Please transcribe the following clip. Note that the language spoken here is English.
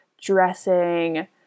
dressing